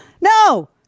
No